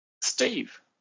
Steve